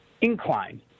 incline